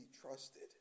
trusted